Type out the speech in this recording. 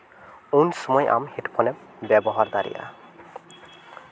ᱩᱱ ᱥᱚᱢᱚᱭ ᱟᱢ ᱦᱮ ᱰᱯᱷᱳᱱᱮᱢ ᱵᱮᱵᱚᱦᱟᱨ ᱫᱟᱲᱮᱜᱼᱟ